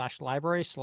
library